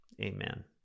Amen